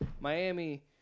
Miami